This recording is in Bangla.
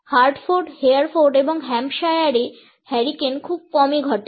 হার্টফোর্ড হেয়ারফোর্ড এবং হ্যাম্পশায়ারে হারিকেন খুব কমই ঘটে